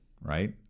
right